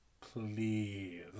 please